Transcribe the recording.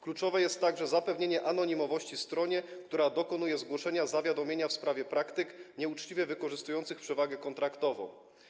Kluczowe jest także zapewnienie anonimowości stronie, która dokonuje zawiadomienia w sprawie praktyk nieuczciwie wykorzystujących przewagę kontraktową.